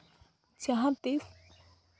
ᱡᱟᱦᱟᱸ ᱛᱤᱥ